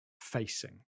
facing